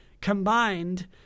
combined